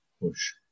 push